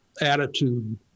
attitude